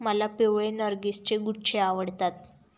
मला पिवळे नर्गिसचे गुच्छे आवडतात